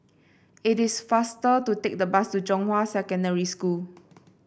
it is faster to take the bus to Zhonghua Secondary School